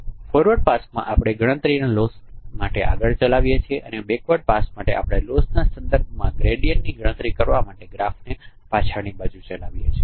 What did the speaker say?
forward પાસમાં આપણે ગણતરીના લોસ માટે આગળ ચલાવીએ છીએ અને બેકવર્ડ પાસ આપણે લોસના સંદર્ભમાં ગ્રેડીયંટ ની ગણતરી કરવા માટે ગ્રાફને પાછળની બાજુ ચલાવીએ છીએ